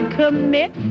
commit